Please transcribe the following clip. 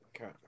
Okay